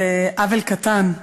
זה עוול קטן,